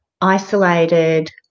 isolated